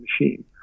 machine